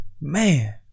man